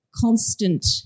constant